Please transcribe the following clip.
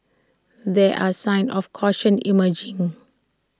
there are signs of caution emerging